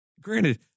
Granted